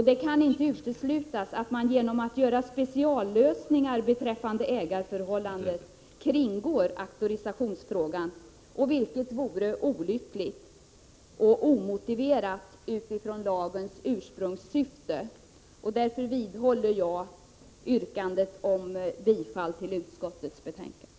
Det kan inte uteslutas att man genom att göra speciallösningar beträffande ägarförhållandet kringgår auktorisationsfrågan, vilket vore olyckligt och omotiverat utifrån lagens ursprungssyfte.” Därmed vidhåller jag mitt yrkande om bifall till utskottets hemställan.